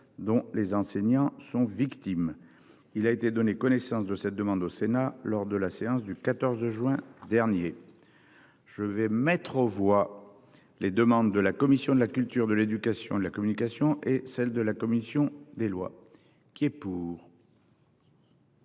dont les enseignants sont victimes. Il a été donné connaissance de cette demande au Sénat lors de la séance du 14 juin dernier. Je vais mettre aux voix. Les demandes de la Commission de la culture de l'éducation, de la communication et celle de la commission des lois qui est pour.